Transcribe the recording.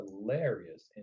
hilarious